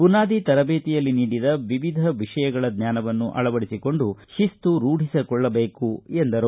ಬುನಾದಿ ತರಬೇತಿಯಲ್ಲಿ ನೀಡಿದ ವಿವಿಧ ವಿಷಯಗಳ ಜ್ವಾನವನ್ನು ಅಳವಡಿಸಿಕೊಂಡು ಶಿಸ್ತು ರೂಢಿಸಿಕೊಳ್ಳಬೇಕು ಎಂದರು